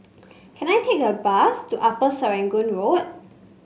can I take a bus to Upper Serangoon Road